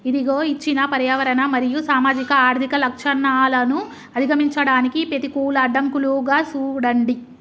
ఇదిగో ఇచ్చిన పర్యావరణ మరియు సామాజిక ఆర్థిక లచ్చణాలను అధిగమించడానికి పెతికూల అడ్డంకులుగా సూడండి